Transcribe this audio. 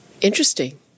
Interesting